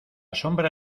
sombra